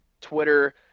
Twitter